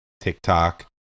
TikTok